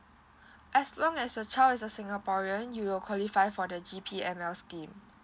as long as your child is a singaporean you will qualify for the G_P_M_L scheme